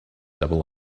double